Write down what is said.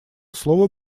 слово